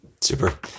Super